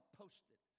post-it